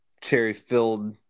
cherry-filled –